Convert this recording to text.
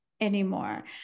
anymore